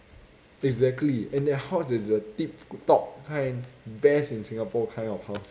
exactly and their house is the tip top kind best in singapore kind of house